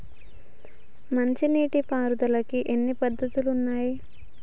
మంచి నీటి పారుదలకి ఎన్ని పద్దతులు ఉన్నాయి?